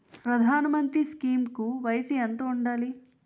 ప్రధాన మంత్రి స్కీమ్స్ కి వయసు ఎంత ఉండాలి?